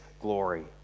glory